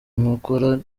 nkokora